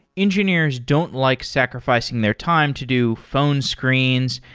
engineers don't like sacrificing their time to do phone screens,